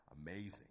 Amazing